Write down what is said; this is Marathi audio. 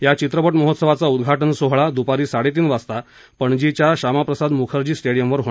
या चित्रपट महोत्सवाचा उद्वाटन सोहळा दुपारी साडेतीन वाजता पणजी झेल्या श्यामा प्रसाद मुखर्जी स्टेडियमवर होणार आहे